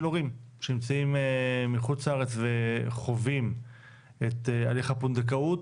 הורים שנמצאים מחוץ לארץ וחווים את הליך הפונדקאות,